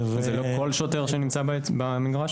זה לא כל שוטר שנמצא במגרש?